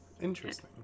Interesting